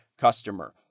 customer